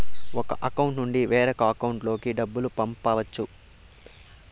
ఒక అకౌంట్ నుండి వేరొక అకౌంట్ లోకి డబ్బులు పంపించవచ్చు